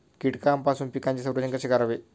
कीटकांपासून पिकांचे संरक्षण कसे करावे?